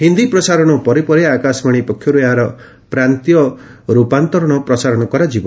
ହିନ୍ଦୀ ପ୍ରସାରଣ ପରେ ପରେ ଆକାଶବାଣୀ ପକ୍ଷରୁ ଏହାର ପ୍ରାନ୍ତୀୟ ରୂପାନ୍ତରଣ ପ୍ରସାର କରାଯିବ